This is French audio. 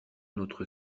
notre